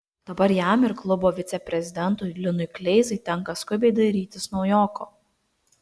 dabar jam ir klubo viceprezidentui linui kleizai tenka skubiai dairytis naujoko